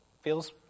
feels